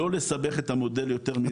לא לסבך את המודל יותר מידי.